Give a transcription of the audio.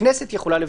הכנסת יכולה לבטל.